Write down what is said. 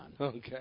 Okay